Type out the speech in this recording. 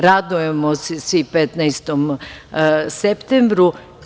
Radujemo se svi 15. septembru.